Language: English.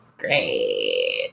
Great